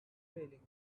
failing